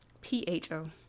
P-H-O